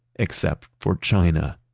except for china.